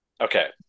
Okay